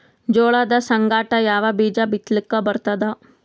ಜೋಳದ ಸಂಗಾಟ ಯಾವ ಬೀಜಾ ಬಿತಲಿಕ್ಕ ಬರ್ತಾದ?